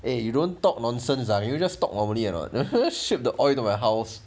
eh you don't talk nonsense ah can you just talk normally or not ship the oil to my house